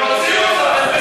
הם רוצים אותך,